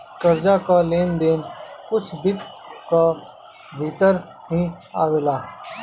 कर्जा कअ लेन देन कुल वित्त कअ भितर ही आवेला